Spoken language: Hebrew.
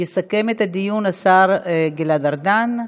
יסכם את הדיון השר גלעד ארדן,